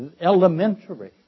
Elementary